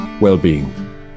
well-being